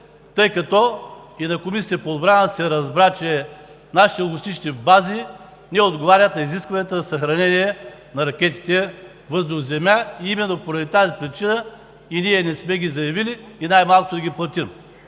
тъй като и на Комисията по отбрана се разбра, че нашите логистични бази не отговарят на изискванията за съхранение на ракетите „въздух-земя“. Именно поради тази причина ние не сме ги заявили и най-малкото да ги платим.